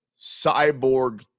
cyborg